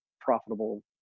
profitable